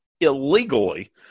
illegally